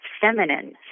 feminine